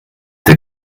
der